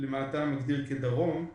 מה אתה מגדיר כדרום,